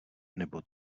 nebo